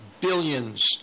billions